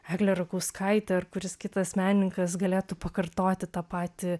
eglė rakauskaitė ar kuris kitas menininkas galėtų pakartoti tą patį